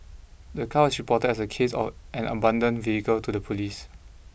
the car was reported as a case of an abandoned vehicle to the police